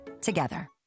together